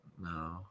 No